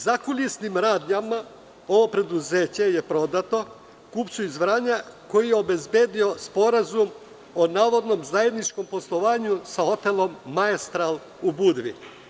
Zakonskim radnjama ovo preduzeće je prodato kupcu iz Vranja koji je obezbedio sporazum o navodnom zajedničkom poslovanju sa hotelom „Maestral“ u Budvi.